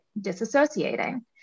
disassociating